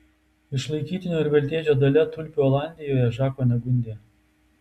išlaikytinio ir veltėdžio dalia tulpių olandijoje žako negundė